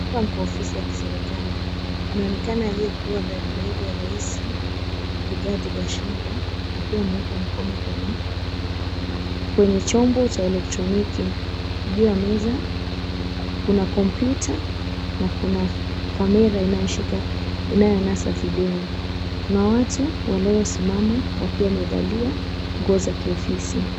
Hapa ni katika ofisi ya kiserikali anayeonekana ni aliyekuja naibu wa rais Rigathi Gachagua akiwa ameweka mkono kwenye chombo cha elektroniki juu ya meza kuna computer na kuna na kamera inayonasa video kuna watu waliosimama wakiwa wamevalia nguo za kiofisi.